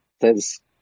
says